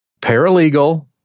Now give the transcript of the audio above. Paralegal